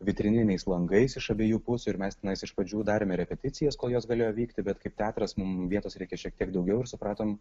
vitrininiais langais iš abiejų pusių ir mes tenai iš pradžių darėme repeticijas kol jos galėjo vykti bet kaip teatras mum vietos reikia šiek tiek daugiau ir supratom